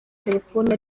telefoni